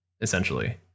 essentially